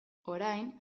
orain